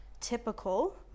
typical